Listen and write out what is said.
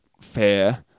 Fair